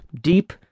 deep